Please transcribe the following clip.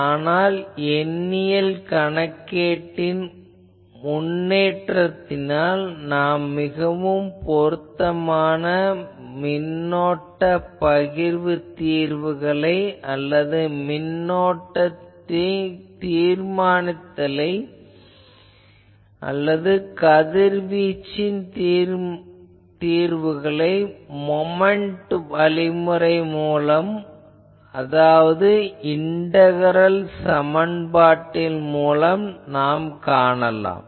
ஆனால் எண்ணியல் கணக்கீட்டின் முன்னேற்றத்தால் நாம் மிகவும் பொருத்தமான மின்னோட்ட பகிர்வு தீர்வுகளை அல்லது மின்னோட்டத்தை தீர்மானித்தலை அல்லது கதிர்வீச்சின் தீர்வுகளை மொமென்ட் வழிமுறை மூலம் அதாவது இன்டகரல் சமன்பாட்டின் மூலம் நாம் காணலாம்